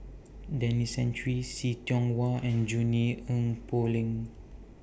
Denis Santry See Tiong Wah and Junie Sng Poh Leng